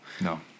No